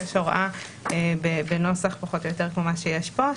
יש הוראה בנוסח פחות או יותר כמו מה שיש פה,